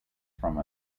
from